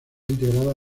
integrada